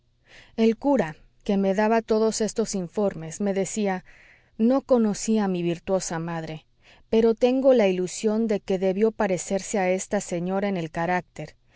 el cura que me daba todos estos informes me decía no conocí a mi virtuosa madre pero tengo la ilusión de que debió parecerse a esta señora en el carácter